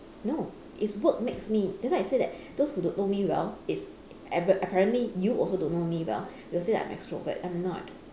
no it's work makes me that's why I say that those who don't know me well if appa~ apparently you also don't know me well will say that I'm extrovert but I'm not